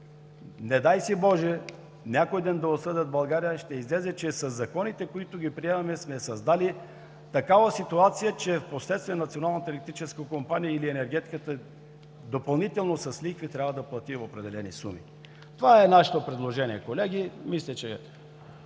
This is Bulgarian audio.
не дай си Боже някой ден да осъдят България. Ще излезе, че със законите, които приемаме, сме създали такава ситуация, че в последствие Националната електрическа компания или енергетиката допълнително с лихви трябва да плати определени суми. Това е нашето предложение, колеги. Мисля, че е